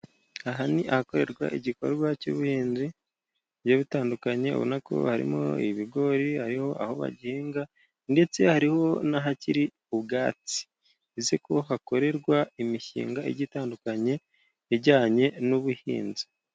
Aha ni ahakorerwa igikorwa cy'ubuhinzi bugiye butandukanye, ubona ko harimo ibigori, aho bagihinga, ndetse hari n'ahakiri ubwatsi, bivuze ko hakorerwa imishinga, igiye itandukanye, ijyanye n'ubuhinzi.